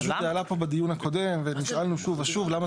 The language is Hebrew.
פשוט זה עלה פה שוב ושוב ונשאלנו למה